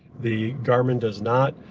the garmin does not.